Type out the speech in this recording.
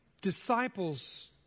disciples